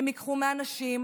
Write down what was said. הם ייקחו מהנשים,